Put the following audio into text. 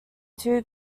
two